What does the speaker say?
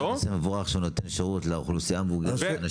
זה מבורך לתת שירות לאוכלוסייה המבוגרת.